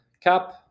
cap